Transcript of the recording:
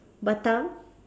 Batam